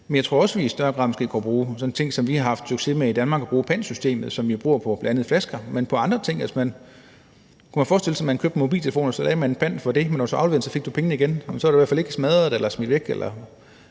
Men jeg tror også, vi i større grad kunne bruge ting, som vi har haft succes med i Danmark, f.eks. at bruge pantsystemet, som jo beror på flasker, men så bruge det til andre ting. Altså, kunne man forestille sig, man købte en mobiltelefon og skulle af med en pant for det, og når man så afleverede den, fik man pengene igen? Så ville man i hvert fald ikke smadre den eller smide den